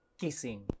kissing